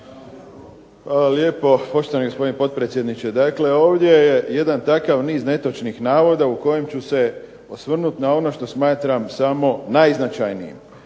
Hvala lijepo poštovani gospodine potpredsjedniče. Dakle, ovdje je jedan takav niz netočnih navoda u kojem ću se osvrnuti na ono što smatram samo najznačajnijim,